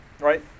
right